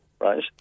right